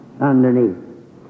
underneath